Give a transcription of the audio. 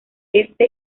este